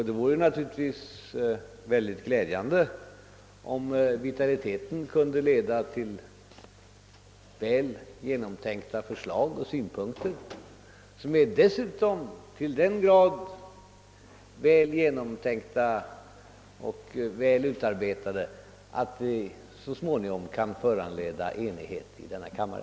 Det vore naturligtvis glädjande om vitaliteten kunde leda till så väl genomtänkta synpunkter och förslag, att de så småningom kan föranleda enighet i denna kammare.